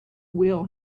will